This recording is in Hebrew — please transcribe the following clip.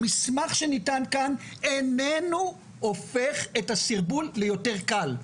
המסמך שניתן כאן איננו הופך את המצב ליותר קל,